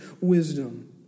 wisdom